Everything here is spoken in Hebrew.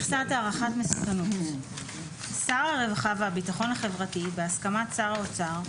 מכסת הערכת מסוכנות 6ד. שר הרווחה והביטחון החברתי בהסכמת שר האוצר,